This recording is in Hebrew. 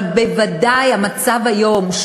אבל בוודאי המצב היום,